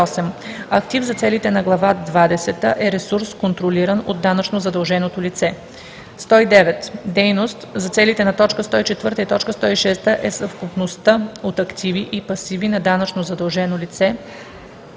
„Актив“ за целите на глава двадесета е ресурс, контролиран от данъчно задълженото лице. 109. „Дейност“ за целите на т. 104 и т. 106 е съвкупността от активи и пасиви на данъчно задължено лице,